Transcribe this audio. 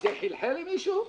זה חלחל למישהו?